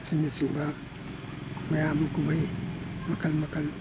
ꯑꯁꯤꯅ ꯆꯤꯡꯕ ꯃꯌꯥꯝꯒꯤ ꯀꯨꯝꯍꯩ ꯃꯈꯜ ꯃꯈꯜ